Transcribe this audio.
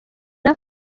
yari